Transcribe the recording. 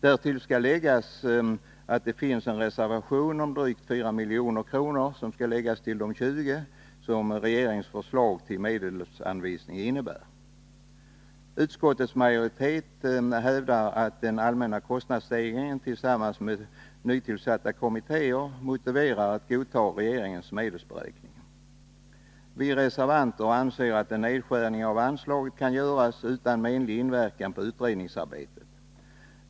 Därtill skall läggas att det finns en reservation med förslag om drygt 4 milj.kr., ett belopp som skall läggas till de 20 milj.kr. som regeringens förslag till medelsanvisning innebär. Utskottets majoritet hävdar att den allmänna kostnadsstegringen tillsammans med nytillsatta kommittéer motiverar ett godtagande av regeringens medelsberäkning. Vi reservanter anser att en nedskärning av anslaget kan göras utan menlig inverkan på utredningsarbetet.